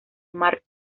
marc